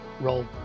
roll